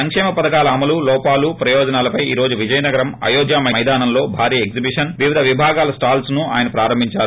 సంక్షేమ పథకాల అమలులోపాలుప్రయోజనాలపై ఈ రోజు విజయనగరం అయోధ్య మైదానంలో భారీ ఎగ్లిబిషన్ వివిధ విభాగాల స్టాల్స్పు ఆయన ప్రారంభించారు